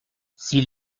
s’il